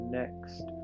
next